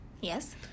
Yes